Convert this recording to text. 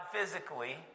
physically